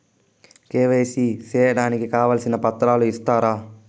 KYC సేయడానికి కావాల్సిన పత్రాలు ఇస్తారా?